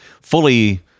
fully